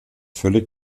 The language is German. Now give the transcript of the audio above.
völlig